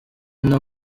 nta